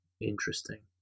interesting